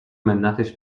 منتش